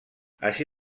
així